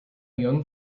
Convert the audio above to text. young